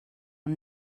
ond